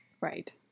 right